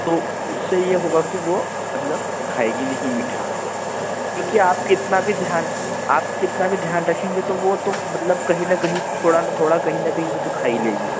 तो उससे ये होगा कि वो मतलब खाएगी नहीं मीठा क्योंकि आप कितना भी ध्यान आप कितना भी ध्यान रखेंगे तो वो तो मतलब कहीं ना कहीं से थोड़ा में थोड़ा कहीं ना कहीं से तो खा ही लेंगी